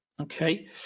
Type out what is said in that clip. okay